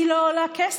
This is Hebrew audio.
היא לא עולה כסף.